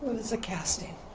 a casting?